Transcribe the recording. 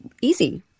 easy